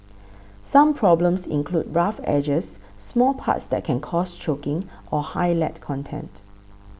some problems include rough edges small parts that can cause choking or high lead content